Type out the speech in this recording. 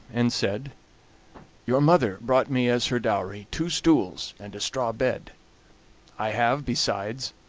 and said your mother brought me as her dowry two stools and a straw bed i have, besides,